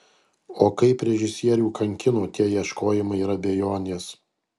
o kaip režisierių kankino tie ieškojimai ir abejonės